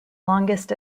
longest